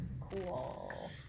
Cool